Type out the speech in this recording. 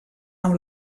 amb